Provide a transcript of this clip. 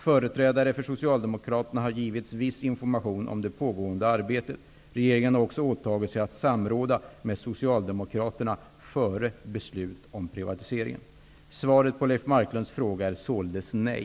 Företrädare för Socialdemokraterna har givits viss information om det pågående arbetet. Regeringen har också åtagit sig att samråda med Socialdemokraterna före beslut om privatiseringar. Svaret på Leif Marklunds fråga är således nej.